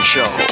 Show